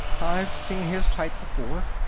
i've seen his type before.